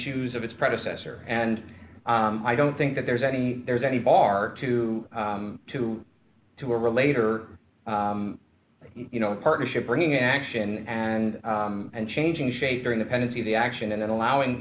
shoes of its predecessor and i don't think that there's any there's any bar to to to relate or you know partnership bringing action and and changing shape during the pendency the action and then allowing